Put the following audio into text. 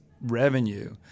revenue